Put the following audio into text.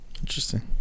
interesting